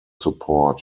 support